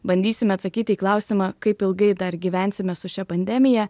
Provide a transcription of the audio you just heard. bandysime atsakyti į klausimą kaip ilgai dar gyvensime su šia pandemija